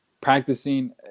Practicing